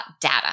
data